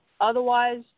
Otherwise